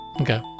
Okay